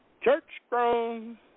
Church-grown